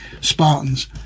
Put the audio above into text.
Spartans